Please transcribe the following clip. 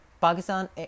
Pakistan